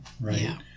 right